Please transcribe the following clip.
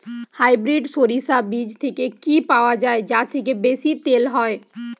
Hybrid শরিষা বীজ কি পাওয়া য়ায় যা থেকে বেশি তেল হয়?